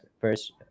first